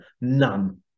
None